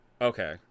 Okay